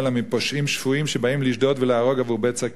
אלא מפושעים שפויים שבאים לשדוד ולהרוג עבור בצע כסף.